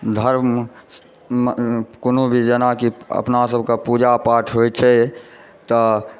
धर्म कोनो भी जेनाकि अपना सभकेँ पूजापाठ होइत छै तऽ